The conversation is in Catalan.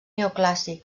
neoclàssic